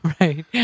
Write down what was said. Right